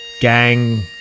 gang